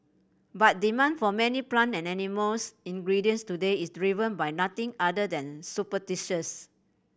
but demand for many plant and animals ingredients today is driven by nothing other than superstitions